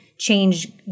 change